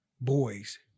boys